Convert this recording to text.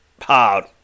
hard